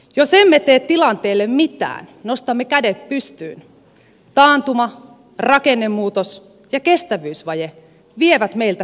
jos emme tee tilanteelle mitään nostamme kädet pystyyn taantuma rakennemuutos ja kestävyysvaje vievät meiltä hyvinvoinnin pohjan